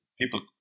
people